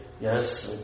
Yes